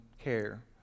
care